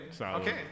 Okay